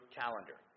calendar